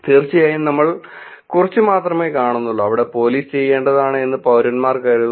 തീർച്ചയായും നമ്മൾ കുറച്ച് മാത്രമേ കാണുന്നുള്ളൂ അവിടെ പോലീസ് ചെയ്യേണ്ടതാണ് എന്ന് പൌരന്മാർ കരുതുന്നു